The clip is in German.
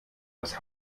das